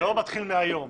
זה לא מתחיל מהיום.